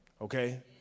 okay